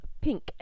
pink